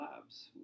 labs